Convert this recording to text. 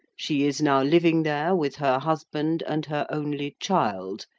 she is now living there with her husband, and her only child,